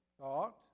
thought